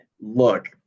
Look